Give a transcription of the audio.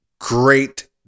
great